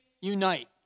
unite